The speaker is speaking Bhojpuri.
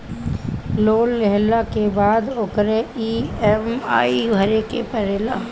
लोन लेहला के बाद ओकर इ.एम.आई भरे के पड़ेला